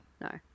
No